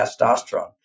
testosterone